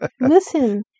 listen